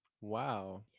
Wow